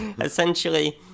essentially